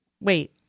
Wait